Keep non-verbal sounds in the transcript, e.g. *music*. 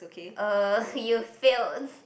uh *laughs* you've failed